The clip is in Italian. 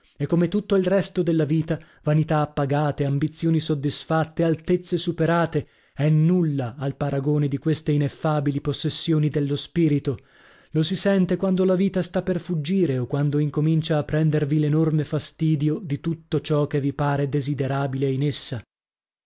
e come tutto il resto della vita vanità appagate ambizioni soddisfatte altezze superate è nulla al paragone di queste ineffabili possessioni dello spirito lo si sente quando la vita sta per fuggire o quando incomincia a prendervi l'enorme fastidio di tutto ciò che vi parve desiderabile in essa